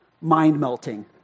mind-melting